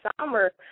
summer